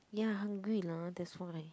ya hungry lah that's why